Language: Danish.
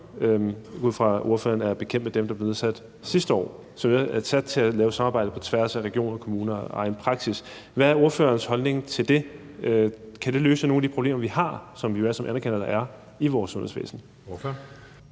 ud fra, at ordføreren er bekendt med dem, der blev nedsat sidste år, og som er nedsat til at lave et samarbejde på tværs af regioner, kommuner og egen praksis. Hvad er ordførerens holdning til det? Kan det løse nogen af de problemer, vi har, og som vi i hvert fald anerkender der er i vores sundhedsvæsen? Kl.